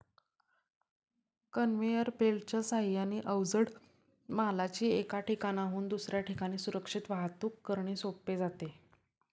conveyor बेल्टच्या साहाय्याने अवजड मालाची एका ठिकाणाहून दुसऱ्या ठिकाणी सुरक्षित वाहतूक करणे सोपे जाते